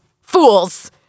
fools